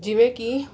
ਜਿਵੇਂ ਕਿ